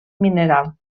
mineral